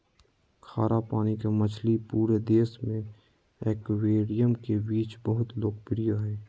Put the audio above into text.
खारा पानी के मछली पूरे देश में एक्वेरियम के बीच बहुत लोकप्रिय हइ